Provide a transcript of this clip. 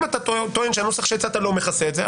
אם אתה טוען שהנוסח שהצעת לא מכסה את זה,